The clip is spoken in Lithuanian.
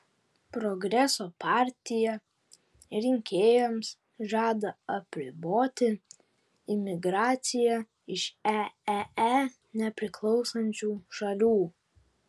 progreso partija rinkėjams žada apriboti imigraciją iš eee nepriklausančių šalių